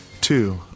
two